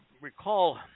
recall